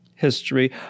History